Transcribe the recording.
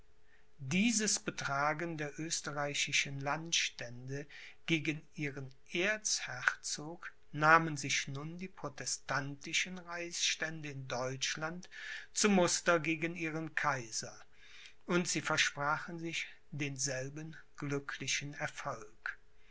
dieses betragen der österreichischen landstände gegen ihren erzherzog nahmen sich nun die protestantischen reichsstände in deutschland zum muster gegen ihren kaiser und sie versprachen sich denselben glücklichen erfolg